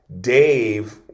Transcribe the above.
Dave